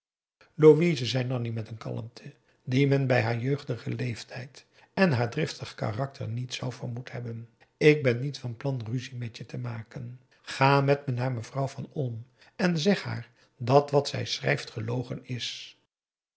louise zei nanni met een kalmte die men bij haar jeugdigen leeftijd en haar driftig karakter niet zou vermoed hebben ik ben niet van plan ruzie met je te maken ga met me naar mevrouw van olm en zeg haar dat wat zij schrijft gelogen is